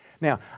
Now